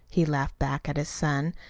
he laughed back at his son,